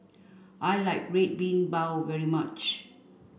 I like Red Bean Bao very much